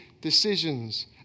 decisions